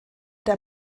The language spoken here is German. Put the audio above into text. der